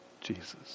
Jesus